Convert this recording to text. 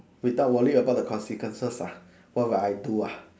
without worry about the consequences ah what will I do ah